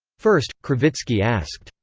first, krivitsky asked,